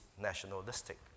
nationalistic